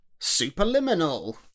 Superliminal